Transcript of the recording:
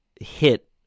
hit